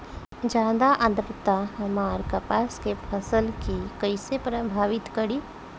ज्यादा आद्रता हमार कपास के फसल कि कइसे प्रभावित करी?